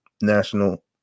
National